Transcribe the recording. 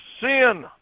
sin